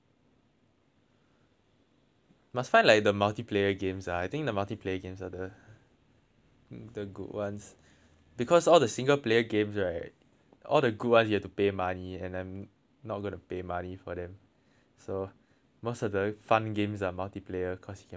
must find like the multiplayers games ah I think the multiplayers games are the the good ones because all the single player games right all the good ones you have to pay money and then not gonna pay money for them so most of the fun games are multiplayer cause you can play with other people ah